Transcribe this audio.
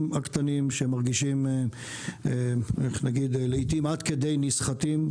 הקטנים שהם מרגישים לעתים עד כדי נסחטים.